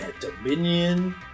Dominion